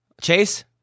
Chase